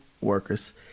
workers